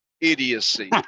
idiocy